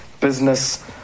business